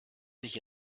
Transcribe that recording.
sich